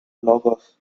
lagos